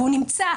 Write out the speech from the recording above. והוא נמצא